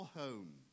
home